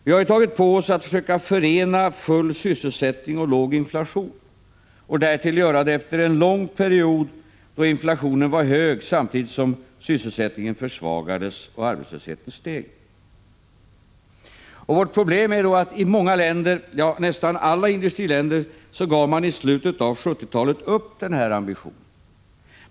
Vi har tagit på oss att försöka förena full sysselsättning och låg inflation och därtill att göra detta efter en lång period då inflationen var hög samtidigt som sysselsättningen försvagades och arbetslösheten steg. Vårt problem är att man i många, ja, nästan alla industriländer i slutet av 1970-talet gav upp den här ambitionen.